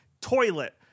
Toilet